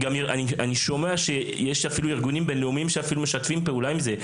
אני שומע שיש אפילו ארגונים בין לאומיים שאפילו משתפים פעולה עם זה,